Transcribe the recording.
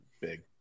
Big